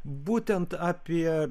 būtent apie